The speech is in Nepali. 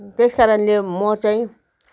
त्यस कारणले म चाहिँ